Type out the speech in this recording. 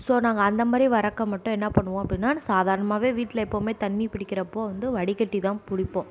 so நாங்கள் அந்த மாதிரி வரப்போ மட்டும் என்ன பண்ணுவோம் அப்படின்னா சாதாரணமாகவே வீட்டில் எப்போவுமே தண்ணி பிடிக்கிறப்போ வந்து வடிகட்டிதான் பிடிப்போம்